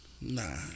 nah